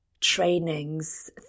trainings